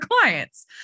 clients